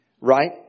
Right